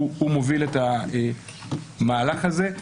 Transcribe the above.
הוא מוביל את המהלך הזה,